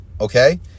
Okay